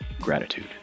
Gratitude